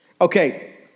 Okay